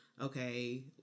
okay